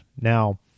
Now